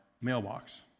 mailbox